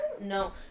No